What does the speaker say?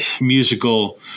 musical